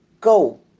go